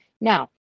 Now